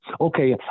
Okay